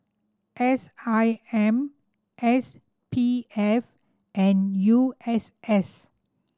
S I M S P F and U S S